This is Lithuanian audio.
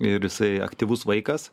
ir jisai aktyvus vaikas